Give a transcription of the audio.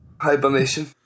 hibernation